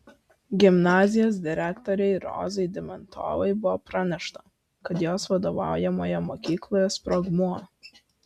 gimnazijos direktorei rozai dimentovai buvo pranešta kad jos vadovaujamoje mokykloje sprogmuo